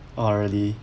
oh really